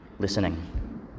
listening